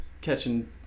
catching